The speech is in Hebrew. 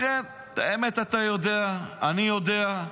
את האמת אתה יודע, אני יודע.